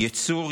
ייצור,